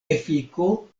efiko